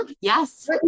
yes